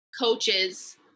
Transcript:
coaches